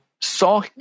saw